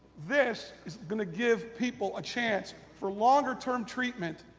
this is going to give people a chance for longer term treatments,